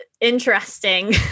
interesting